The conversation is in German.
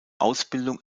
ausbildung